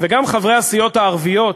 וגם חברי הסיעות הערביות,